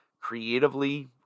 creatively